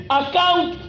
account